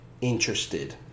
interested